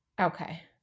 okay